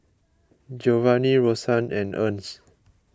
Giovanni Rosann and Ernst